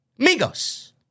Amigos